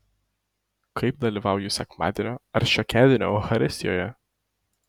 kaip dalyvauju sekmadienio ar šiokiadienio eucharistijoje